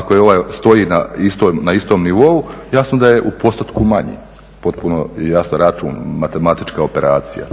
ako ovaj stoji na istom nivou, jasno da je u postotku manji potpuno je jasan račun matematička operacija.